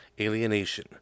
alienation